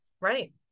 right